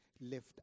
left